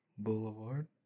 Boulevard